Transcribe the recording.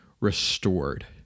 restored